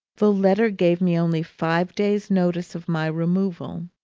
the letter gave me only five days' notice of my removal.